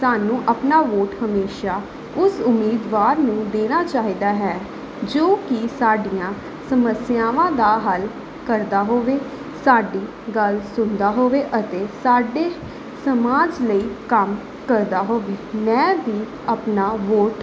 ਸਾਨੂੰ ਆਪਣਾ ਵੋਟ ਹਮੇਸ਼ਾ ਉਸ ਉਮੀਦਵਾਰ ਨੂੰ ਦੇਣਾ ਚਾਹੀਦਾ ਹੈ ਜੋ ਕਿ ਸਾਡੀਆਂ ਸਮੱਸਿਆਵਾਂ ਦਾ ਹੱਲ ਕਰਦਾ ਹੋਵੇ ਸਾਡੀ ਗੱਲ ਸੁਣਦਾ ਹੋਵੇ ਅਤੇ ਸਾਡੇ ਸਮਾਜ ਲਈ ਕੰਮ ਕਰਦਾ ਹੋਵੇ ਮੈਂ ਵੀ ਆਪਣਾ ਵੋਟ